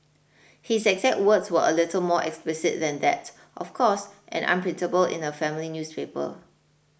his exact words were a little more explicit than that of course and unprintable in a family newspaper